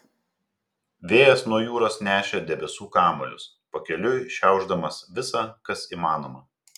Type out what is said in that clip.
vėjas nuo jūros nešė debesų kamuolius pakeliui šiaušdamas visa kas įmanoma